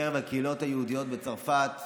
בקרב הקהילות היהודיות בצרפת.